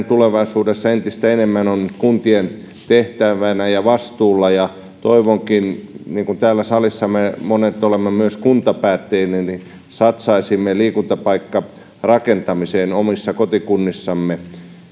tulevaisuudessa entistä enemmän kuntien tehtävänä ja vastuulla ja toivonkin kun monet meistä täällä salissa ovat myös kuntapäättäjinä että satsaisimme liikuntapaikkarakentamiseen omissa kotikunnissamme